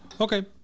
Okay